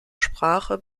sprache